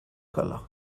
color